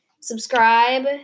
subscribe